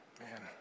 man